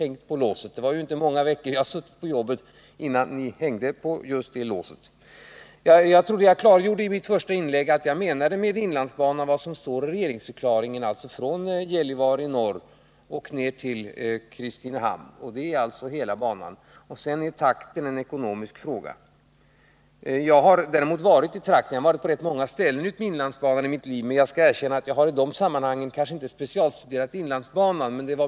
Det var inte många veckor som jag hade innehaft jobbet när ni hängde på just det låset. Jag trodde att jag i mitt första inlägg klargjorde att jag med inlandsbanan menar vad som står i regeringsförklaringen, dvs. sträckningen från Gällivare i norr till Kristinehamn i söder. Avsikten är alltså att hela banan skall upprustas, men upprustningstakten är en ekonomisk fråga. Jag har i mitt liv varit på ganska många ställen utmed inlandsbanan, men jag skall erkänna att jag i de sammanhangen kanske inte har specialstuderat banan.